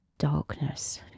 darkness